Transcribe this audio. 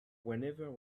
whenever